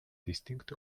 district